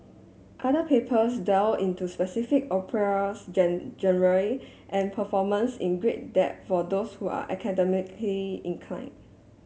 other papers dwell into specific operas and performance in great depth for those who are academically incline